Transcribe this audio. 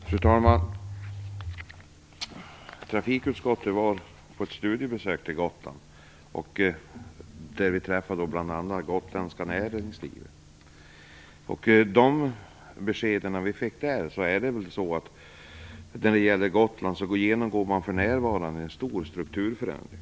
Fru talman! Trafikutskottet har gjort ett studiebesök på Gotland, och vi träffade då bl.a. företrädare för det gotländska näringslivet. Enligt de besked som vi då fick genomgår Gotland för närvarande en stor strukturförändring.